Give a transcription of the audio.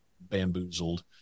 bamboozled